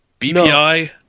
BPI